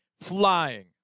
flying